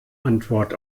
antwort